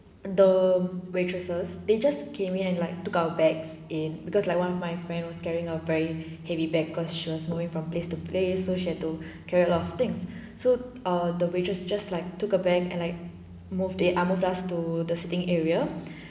the waitresses they just came in and like took our bags in because like one of my friend was carrying a very heavy bag because she was moving from place to place so she have to carry a lot of things so ah the waitress just like took the bag and like move they ah move us to the sitting area